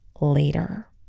later